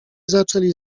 zaczęli